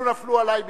עלי בירושלים.